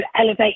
elevate